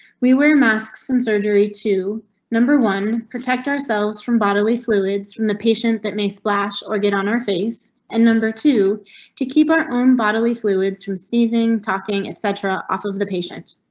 we wear masks and surgery to number one. protect ourselves from bodily fluids from the patient that may splash or get on our face and two to keep our own bodily fluids from seizing, talking, etc. off of the patient.